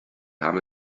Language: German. kam